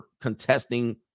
contesting